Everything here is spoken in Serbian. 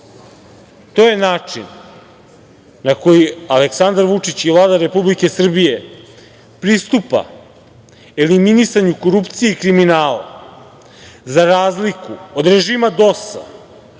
To je način na koji Aleksandar Vučić i Vlada Republike Srbije pristupa eliminisanju korupcije i kriminala za razliku od režima DOS-a